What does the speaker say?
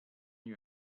you